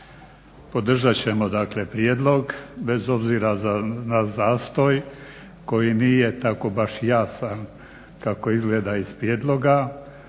Podržat ćemo dakle prijedlog bez obzira na zastoj koji nije tako baš jasan kako izgleda iz prijedloga